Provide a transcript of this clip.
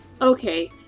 Okay